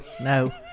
no